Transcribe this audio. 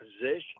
position